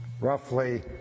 roughly